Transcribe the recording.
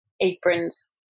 Aprons